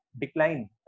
decline